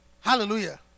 Hallelujah